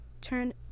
turn